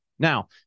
Now